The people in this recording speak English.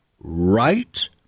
right